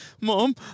Mom